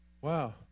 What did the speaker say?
Wow